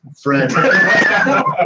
Friend